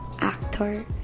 actor